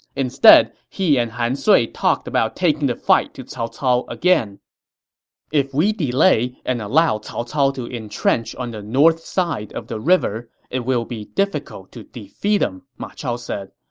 instead, he and han sui talked about taking the fight to cao cao again if we delay and allow cao cao to entrench on the north side of the river, it will be difficult to defeat him, ma chao said.